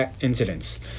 incidents